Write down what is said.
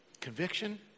Conviction